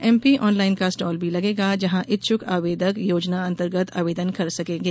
MP Online का stall भी लगेगा जहाँ इच्छुक आवेदक योजना अन्तर्गत आवेदन कर सकेंगे